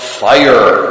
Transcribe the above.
fire